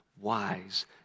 wise